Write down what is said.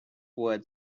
wood